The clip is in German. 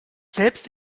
selbst